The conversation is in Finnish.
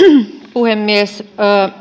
puhemies